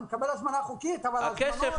אני מקבל הזמנה חוקית אבל ההזמנות --- הכסף,